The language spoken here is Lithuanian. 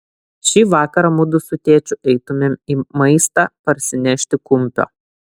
šį vakarą mudu su tėčiu eitumėm į maistą parsinešti kumpio